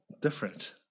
different